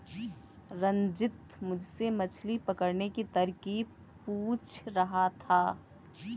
रंजित मुझसे मछली पकड़ने की तरकीब पूछ रहा था